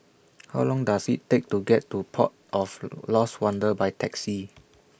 How Long Does IT Take to get to Port of Lost Wonder By Taxi